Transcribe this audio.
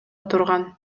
турган